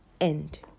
End